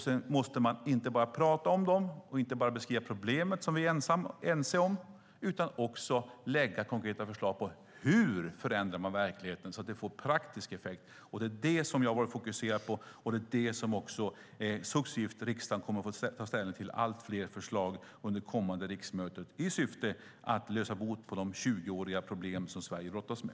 Sedan kan man inte bara prata om dem och beskriva problemet, som vi är ense om, utan man måste också lägga fram konkreta förslag på hur man förändrar verkligheten så att det får praktisk effekt. Det är det som jag har fokuserat på, och riksdagen kommer successivt att få ta ställning till allt fler förslag under kommande riksmöte i syfte att råda bot på de tjugoåriga problem som Sverige brottas med.